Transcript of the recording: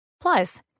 Plus